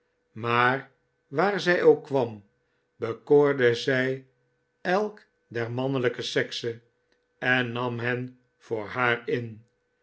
maar waar zij ook kwam bekoorde zij elk een der mannelijke sekse en nam hen voor haar in